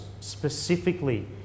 specifically